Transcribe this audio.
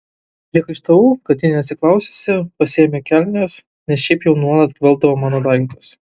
priekaištavau kad ji neatsiklaususi pasiėmė kelnes nes šiaip jau nuolat gvelbdavo mano daiktus